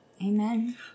Amen